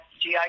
GI